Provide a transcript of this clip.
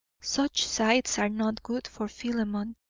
such sights are not good for philemon.